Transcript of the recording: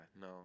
no